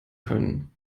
können